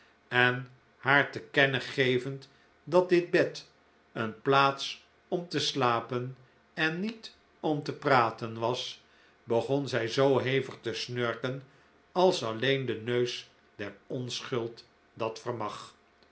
en haar te kennen gevend dat dit bed een plaats om te slapen en niet om te praten was begon zij zoo hevig te snurken als alleen de neus der onschuld dat